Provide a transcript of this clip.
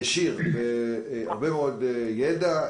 העשיר בהרבה מאוד יידע,